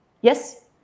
yes